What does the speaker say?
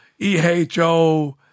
EHO